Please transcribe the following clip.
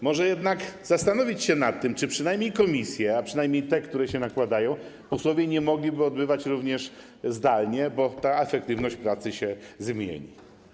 Może jednak warto zastanowić się nad tym, czy posiedzeń komisji, a przynajmniej tych, które się nakładają, posłowie nie mogliby odbywać również zdalnie, bo ta efektywność pracy się zmieni.